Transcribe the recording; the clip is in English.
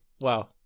Wow